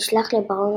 נשלח לברון